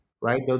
right